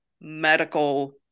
medical